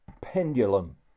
pendulum